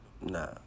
nah